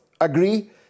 agree